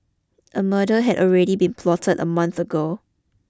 a murder had already been plotted a month ago